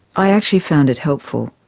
i actually found it helpful.